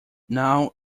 now